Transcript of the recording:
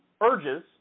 urges